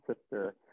sister